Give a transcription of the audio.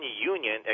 Union